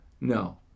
no